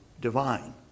divine